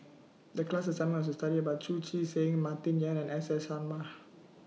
The class assignment was to study about Chu Chee Seng Martin Yan and S S Sarma